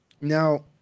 Now